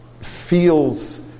feels